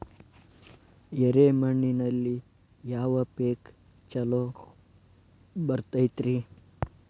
ಎರೆ ಮಣ್ಣಿನಲ್ಲಿ ಯಾವ ಪೇಕ್ ಛಲೋ ಬರತೈತ್ರಿ?